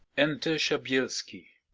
enter shabelski.